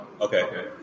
Okay